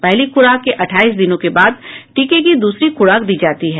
पहली खुराक के अट्ठाईस दिनों के बाद टीके की दूसरी खुराक दी जाती है